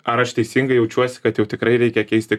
ar aš teisingai jaučiuosi kad jau tikrai reikia keisti